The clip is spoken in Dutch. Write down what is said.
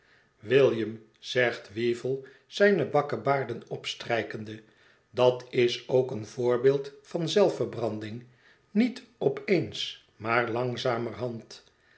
william zegt weevle zijne bakkebaarden opstrijkende dat is ook een voorbeeld van zelfverbranding niet op eens maar langzamerhand